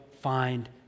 find